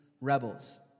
rebels